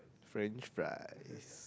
french fries